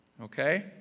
Okay